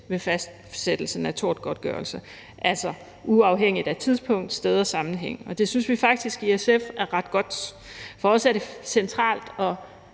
ved fastsættelsen af tortgodtgørelse, altså uafhængigt af tidspunkt, sted og sammenhæng. Det synes vi faktisk i SF er ret godt. For os er det centralt at